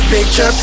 Picture